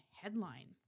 headline